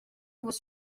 was